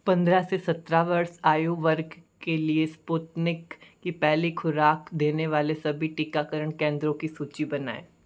पन्द्रह से सत्रह वर्ष आयु वर्ग के लिए स्पुतनिक की पहली खुराक देने वाले सभी टीकाकरण केंद्रों की सूची बनाएँ